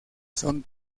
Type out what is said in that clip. son